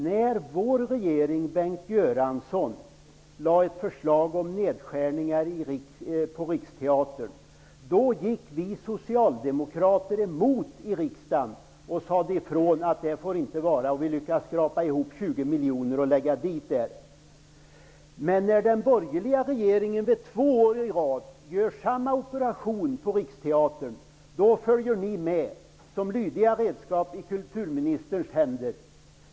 När vår regering och Bengt Göransson lade fram ett förslag om nedskärningar beträffande Riksteatern, gick vi socialdemokrater i riksdagen emot detta och förklarade att det inte fick ske. Vi lyckades skrapa ihop 20 miljoner kronor att lägga till. När den borgerliga regeringen två år i rad gör samma operation beträffande Riksteatern, då följer ni med såsom lydiga redskap i kulturministerns händer.